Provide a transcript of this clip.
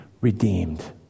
redeemed